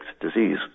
disease